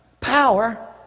Power